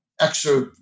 extra